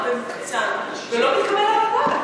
עם כל הכבוד, מוגזם ומוקצן ולא מתקבל על הדעת.